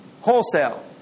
Wholesale